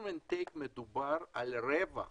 מדובר על רווח